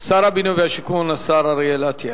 שר הבינוי והשיכון, השר אריאל אטיאס.